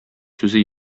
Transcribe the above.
сүзе